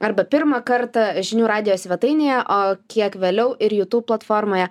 arba pirmą kartą žinių radijo svetainėje o kiek vėliau ir youtube platformoje